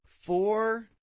Four